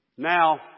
Now